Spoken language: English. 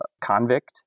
convict